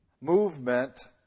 movement